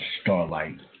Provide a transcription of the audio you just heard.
starlight